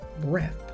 breath